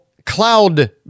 Cloud